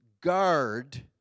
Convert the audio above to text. guard